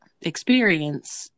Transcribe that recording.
experience